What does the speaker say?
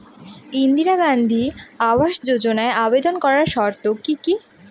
ইন্দিরা গান্ধী আবাস যোজনায় আবেদন করার শর্ত কি কি?